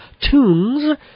tunes